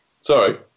Sorry